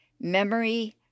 memory